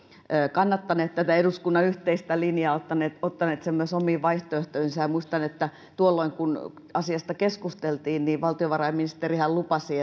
kannattaneet tätä eduskunnan yhteistä linjaa ottaneet ottaneet sen myös omiin vaihtoehtoihinsa muistan että tuolloin kun asiasta keskusteltiin valtiovarainministerihän lupasi